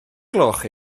gloch